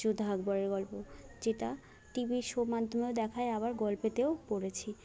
যোধা আকবরের গল্প যেটা টিভি শো মাধ্যমেও দেখায় আবার গল্পেতেও পড়েছি